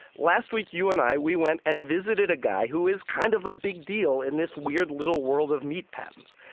last week, you and i we went and visited a guy who is kind of a big deal in this weird little world of meat patents.